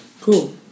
Cool